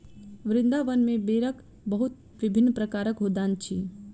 वृन्दावन में बेरक बहुत विभिन्न प्रकारक उद्यान अछि